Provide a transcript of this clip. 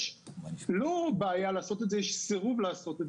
זו לא בעיה לעשות את זה אבל יש סירוב לעשות את